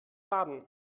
baden